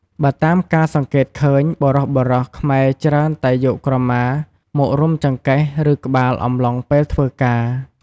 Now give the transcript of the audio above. បើតាមការសង្កេតឃើញ បុរសៗខ្មែរច្រើនតែយកក្រមាមករុំចង្កេះ ឬ ក្បាលអំឡុងពេលធ្វើការ។